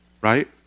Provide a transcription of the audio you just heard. right